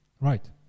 Right